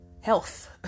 health